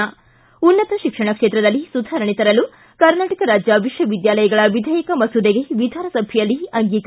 ಿ ಉನ್ನತ ಶಿಕ್ಷಣ ಕ್ಷೇತ್ರದಲ್ಲಿ ಸುಧಾರಣೆ ತರಲು ಕರ್ನಾಟಕ ರಾಜ್ಯ ವಿಶ್ವವಿದ್ಯಾಲಯಗಳ ವಿಧೇಯಕ ಮಸೂದೆಗೆ ವಿಧಾನಸಭೆಯಲ್ಲಿ ಅಂಗೀಕಾರ